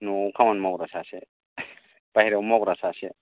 न'आव खामानि मावग्रा सासे बाह्रायाव मावग्रा सासे